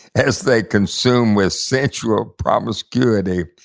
as they consume with sensual promiscuity,